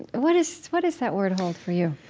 what does what does that word hold for you?